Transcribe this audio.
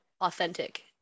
authentic